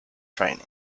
training